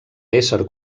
ésser